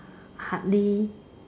hardly